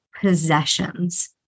possessions